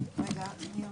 הישיבה ננעלה בשעה